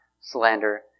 slander